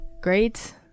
Great